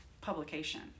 publication